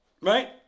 Right